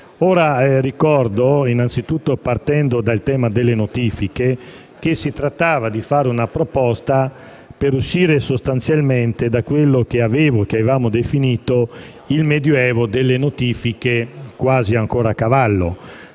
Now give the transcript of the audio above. partendo innanzitutto dal tema delle notifiche, che si trattava di fare una proposta per uscire sostanzialmente da quello che avevamo definito il Medioevo delle notifiche, quasi ancora a cavallo.